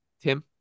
Tim